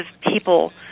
people